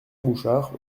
bouchard